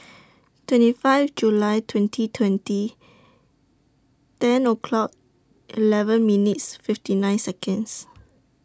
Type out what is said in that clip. twenty five July twenty twenty ten o'clock eleven minutes fifty nine Seconds